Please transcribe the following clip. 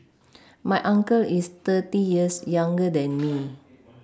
my uncle is thirty years younger than me